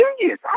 genius